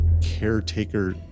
caretaker